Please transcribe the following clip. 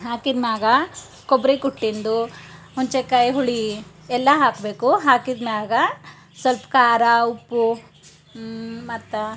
ಹಾಕಿದ್ಮ್ಯಾಗ ಕೊಬ್ಬರಿ ಕುಟ್ಟಿದ್ದು ಹುಣ್ಸೇಕಾಯಿ ಹುಳಿ ಎಲ್ಲ ಹಾಕಬೇಕು ಹಾಕಿದ್ಮ್ಯಾಗ ಸ್ವಲ್ಪ ಖಾರ ಉಪ್ಪು ಮತ್ತು